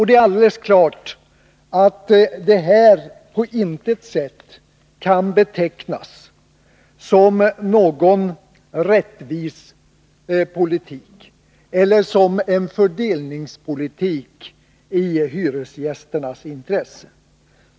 Det är alldeles klart att det här på intet sätt kan betecknas som någon rättvis politik eller som en fördelningspolitik i hyresgästernas intresse.